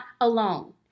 alone